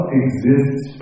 exists